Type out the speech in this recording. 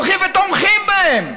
הולכים ותומכים בהם.